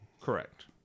correct